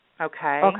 Okay